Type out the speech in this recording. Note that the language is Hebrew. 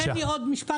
עוד שני